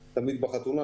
החתונה,